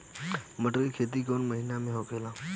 मटर क खेती कवन महिना मे होला?